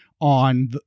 on